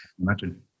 Imagine